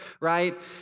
right